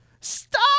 Stop